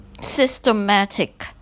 systematic